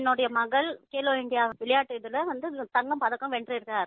என்னுடைய மகள் கேலோ இண்டியா விளையாட்டில தங்கப்பதக்கம் வென்றிருக்கிறார்